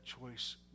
choice